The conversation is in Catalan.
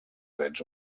drets